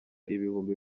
ibihumbi